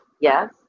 yes